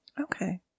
Okay